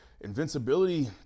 invincibility